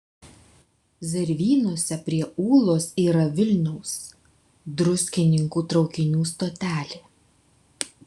zervynose prie ūlos yra vilniaus druskininkų traukinių stotelė